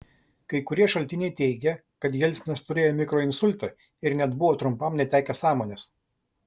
kai kurie šaltiniai teigia kad jelcinas turėjo mikroinsultą ir net buvo trumpam netekęs sąmonės